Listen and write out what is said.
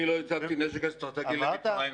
אני לא הצגתי נשק אסטרטגי למצרים,